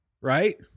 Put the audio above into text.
Right